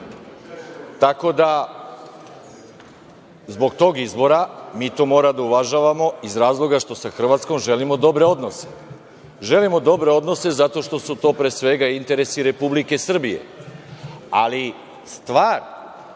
da, zbog tog izbora, mi to moramo da uvažavamo iz razloga što sa Hrvatskom želimo dobre odnose. Želimo dobre odnose zato što su to, pre svega, interesi Republike Srbije. Ali, stvar